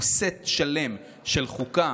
הוא סט שלם של חוקה,